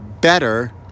better